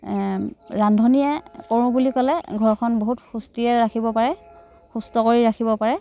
ৰান্ধনিয়ে কৰোঁ বুলি ক'লে ঘৰখন বহুত সুস্থিৰে ৰাখিব পাৰে সুস্থ কৰি ৰাখিব পাৰে